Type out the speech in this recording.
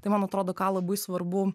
tai man atrodo ką labai svarbu